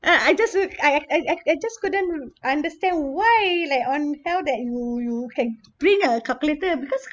uh I just I I I I just couldn't understand why like on hell that you you can bring a calculator because